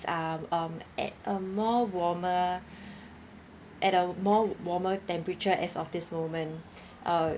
are um at a more warmer at a more warmer temperature as of this moment uh